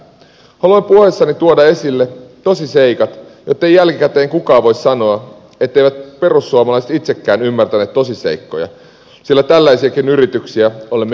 haluan puheessani tuoda esille tosiseikat jottei jälkikäteen kukaan voi sanoa etteivät perussuomalaiset itsekään ymmärtäneet tosiseikkoja sillä tällaisiakin yrityksiä olemme joutuneet näkemään